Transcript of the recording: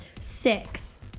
six